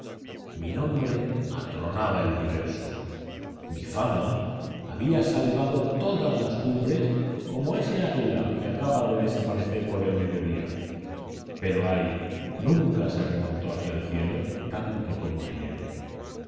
mi nombre atronaba el universo mi fama había salvado todas las cumbres como ese águila que acaba de desaparecer por el mediodía pero ay nunca se remontó hacia el cielo tanto como ella